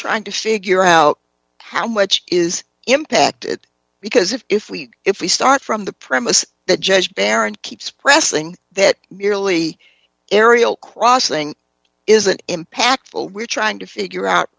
trying to figure out how much is impacted because if we if we start from the premise that judge baron keeps pressing that merely aerial crossing isn't impactful we're trying to figure out